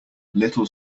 little